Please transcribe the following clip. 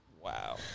Wow